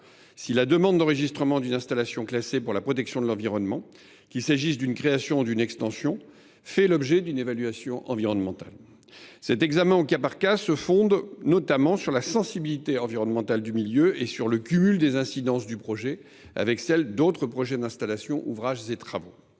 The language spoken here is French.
si la demande d’enregistrement d’une installation classée pour la protection de l’environnement, qu’il s’agisse d’une création ou d’une extension, doit ou non faire l’objet d’une évaluation environnementale. Cet examen au cas par cas se fonde notamment sur la sensibilité environnementale du milieu et sur le cumul des incidences du projet avec celles d’autres projets d’installation, ouvrages et travaux.